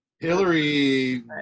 Hillary